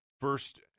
first –